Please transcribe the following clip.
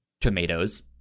Tomatoes